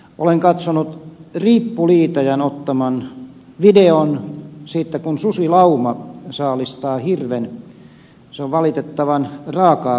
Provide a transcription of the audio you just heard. olen katsonut riippuliitäjän ottaman videon siitä kun susilauma saalistaa hirven se on valitettavan raakaa katsottavaa